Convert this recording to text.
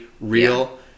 real